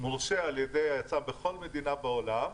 על ידי היצרן בכל מדינה בעולם,